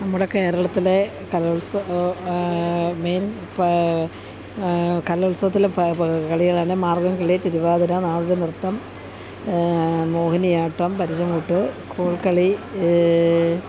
നമ്മുടെ കേരളത്തിലെ കലോൽസവം മെയിൻ കലോത്സവത്തിലെ കളികളാണ് മാർഗ്ഗംകളി തിരുവാതിര നാടോടിനൃത്തം മോഹിനിയാട്ടം പരിചമുട്ട് കോൽക്കളി